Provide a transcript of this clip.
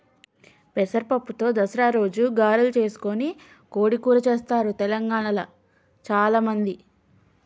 పెసర పప్పుతో దసరా రోజు గారెలు చేసుకొని కోడి కూర చెస్తారు తెలంగాణాల చాల మంది